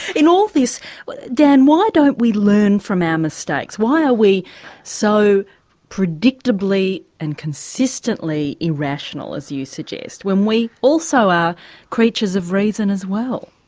in all this, dan, why don't we learn from our mistakes, why are we so predictably and consistently irrational as you suggest, when we also are creatures of reason as well?